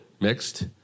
mixed